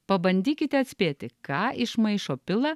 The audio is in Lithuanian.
pabandykite atspėti ką iš maišo pila